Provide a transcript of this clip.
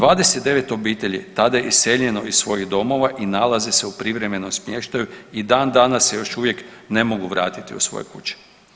29 obitelji tada je iseljeno iz svojih domova i nalaze se u privremenom smještaju i dan danas se još uvijek ne mogu vratiti u svoje kuće.